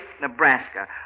Nebraska